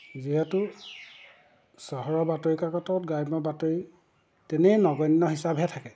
যিহেতু চহৰৰ বাতৰিকাকতত গ্ৰাম্য বাতৰি তেনেই নগন্য হিচাপেহে থাকে